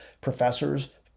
Professors